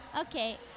Okay